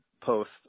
post